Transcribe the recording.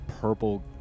purple